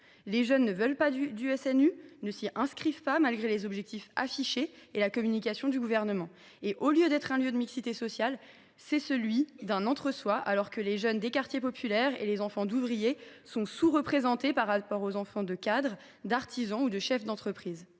les jeunes ne veulent pas du SNU et ne s’y inscrivent pas malgré les objectifs affichés et la communication du Gouvernement. Au lieu d’être un lieu de mixité sociale, il est marqué du sceau de l’entre soi, alors que les jeunes des quartiers prioritaires et les enfants d’ouvriers sont sous représentés par rapport aux enfants de cadres, d’artisans ou de chefs d’entreprise.